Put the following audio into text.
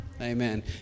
Amen